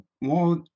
more